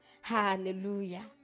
Hallelujah